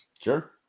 sure